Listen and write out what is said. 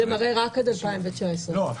כי זה מראה רק עד 2019. לא.